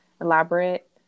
elaborate